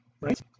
right